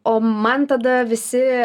o man tada visi